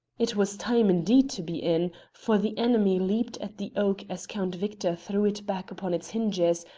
it was time, indeed, to be in for the enemy leaped at the oak as count victor threw it back upon its hinges,